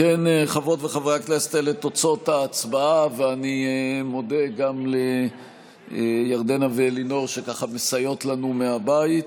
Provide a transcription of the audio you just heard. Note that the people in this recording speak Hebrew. ואני מודה גם לירדנה ואלינור שמסייעות לנו מהבית.